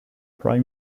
prime